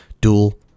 Dual